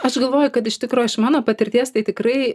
aš galvoju kad iš tikro iš mano patirties tai tikrai